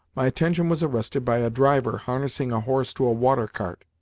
my attention was arrested by a driver harnessing a horse to a water-cart,